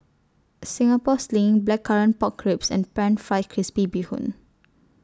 Singapore Sling Blackcurrant Pork Ribs and Pan Fried Crispy Bee Hoon